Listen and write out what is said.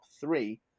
three